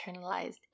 internalized